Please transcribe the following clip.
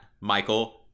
michael